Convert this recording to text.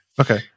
Okay